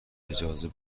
اجازه